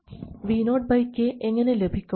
Vo k എങ്ങനെ ലഭിക്കും